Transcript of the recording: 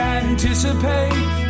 anticipate